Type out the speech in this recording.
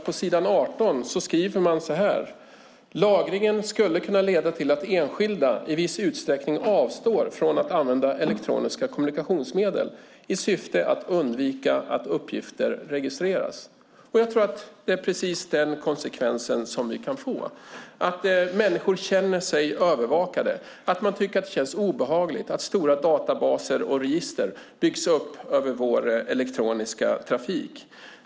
På s. 18 skriver man: "Lagringen skulle kunna leda till att enskilda i viss utsträckning avstår från att använda elektroniska kommunikationsmedel i syfte att undvika att uppgifter registreras". Jag tror att det är precis denna konsekvens vi kan få; människor känner sig övervakade. Man tycker att det känns obehagligt att stora databaser och register över vår elektroniska trafik byggs upp.